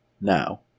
now